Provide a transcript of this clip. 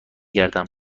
گردم